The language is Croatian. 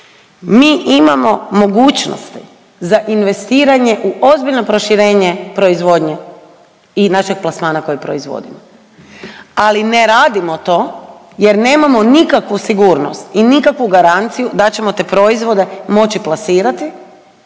Mi imao mogućnost za investiranje u ozbiljno proširenje proizvodnje i našeg plasmana koji proizvodimo, ali ne radimo to jer nemamo nikakvu sigurnost i nikakvu garanciju da ćemo te proizvode moći plasirati